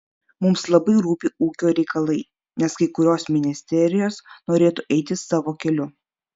mums labai rūpi ūkio reikalai nes kai kurios ministerijos norėtų eiti savo keliu